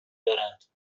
دارند